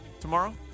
tomorrow